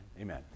Amen